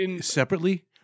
separately